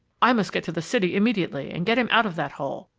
i must get to the city immediately and get him out of that hole.